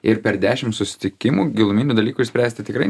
ir per dešimt susitikimų giluminių dalykų išspręsti tikrai